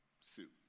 suit